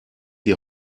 die